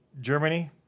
Germany